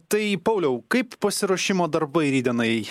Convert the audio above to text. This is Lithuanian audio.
tai pauliau kaip pasiruošimo darbai rytdienai